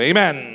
Amen